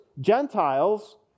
Gentiles